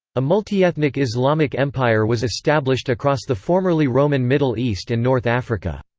a multiethnic islamic empire was established across the formerly roman middle east and north africa.